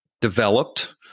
developed